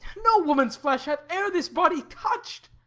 no woman's flesh hath e'er this body touched.